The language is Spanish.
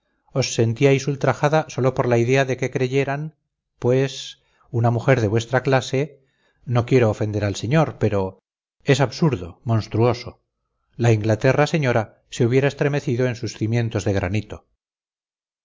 querida athenais os sentíais ultrajada sólo por la idea de que creyeran pues una mujer de vuestra clase no quiero ofender al señor pero es absurdo monstruoso la inglaterra señora se hubiera estremecido en sus cimientos de granito